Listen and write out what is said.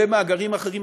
ומאגרים אחרים.